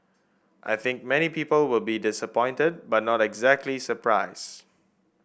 I think many people will be disappointed but not exactly surprised